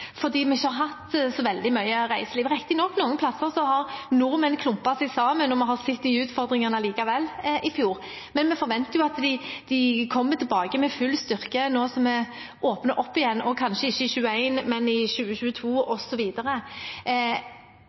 fordi vi ikke har hatt så veldig mye reiseliv. Riktignok – noen steder klumpet nordmenn seg sammen og må ha sett disse utfordringene likevel i fjor, men jeg forventer at de kommer tilbake med full styrke nå som vi åpner opp igjen – kanskje ikke i 2021, men i 2022